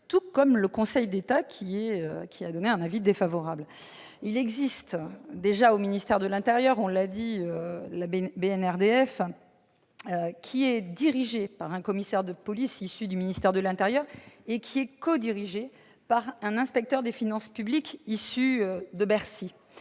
tout comme le Conseil d'État, qui a donné un avis défavorable. Il existe déjà au ministère de l'intérieur, on l'a dit, la BNRDF, qui est dirigée par un commissaire de police issu de ce ministère et qui est codirigée par un inspecteur des finances publiques issu de Bercy.